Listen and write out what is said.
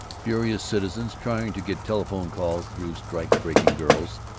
furious citizens, trying to get telephone calls through strike-breaking girls,